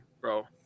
bro